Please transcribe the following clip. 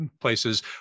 places